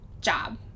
job